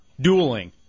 Dueling